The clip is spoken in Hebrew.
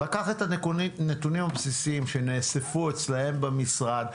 הוא לקח את הנתונים הבסיסיים שנאספו אצלם במשרד,